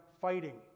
fighting